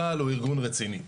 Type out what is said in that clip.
צה"ל הוא ארגון רציני.